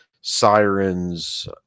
sirens